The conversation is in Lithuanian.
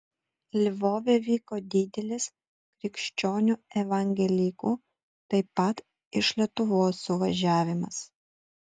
lvove vyko didelis krikščionių evangelikų taip pat iš lietuvos suvažiavimas